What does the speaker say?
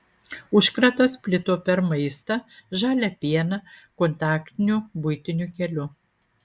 užkratas plito per maistą žalią pieną kontaktiniu buitiniu keliu